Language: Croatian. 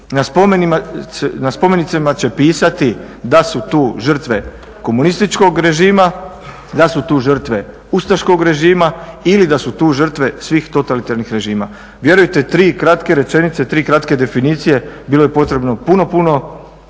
na spomenicima će pisati da su tu žrtve komunističkog režima, da su tu žrtve ustaškog režima ili da su tu žrtve svih totalitarnih režima. Vjerujte 3 kratke rečenice, 3 kratke definicije bilo je potrebno puno, puno